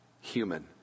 human